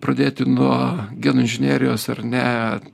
pradėti nuo genų inžinerijos ar ne